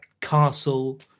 castle